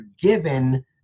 given